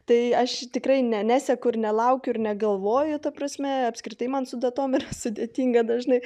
tai aš tikrai ne neseku ir nelaukiu ir negalvoju ta prasme apskritai man su datom yra sudėtinga dažnai